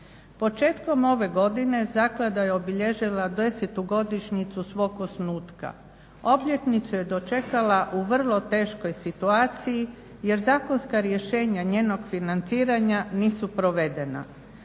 Početkom ove godine Zaklada je obilježila 10. Godišnjicu svog osnutka. Obljetnicu je dočekala u vrlo teškoj situaciji jer zakonska rješenja njenog financiranja nisu provedena.